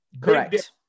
Correct